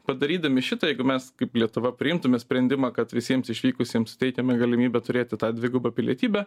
padarydami šitą jeigu mes kaip lietuva priimtume sprendimą kad visiems išvykusiems suteikiame galimybę turėti tą dvigubą pilietybę